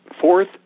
Fourth